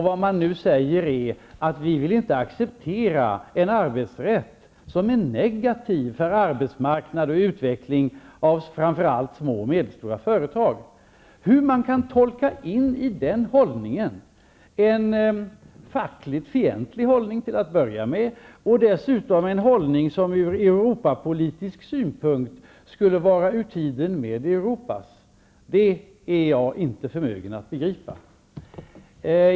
Vad man nu säger är att man inte vill acceptera en arbetsrätt som är negativ för arbetsmarknad och utveckling av framför allt små och medelstora företag. Hur man i den hållningen kan tolka in en fackligt fientlig hållning och dessutom en hållning som skulle vara ur tiden med Europas är jag inte förmögen att begripa.